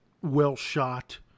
well-shot